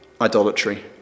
idolatry